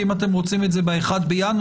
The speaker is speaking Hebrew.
כי אם אתם רוצים את זה ב-1 בינואר,